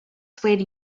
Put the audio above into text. swayed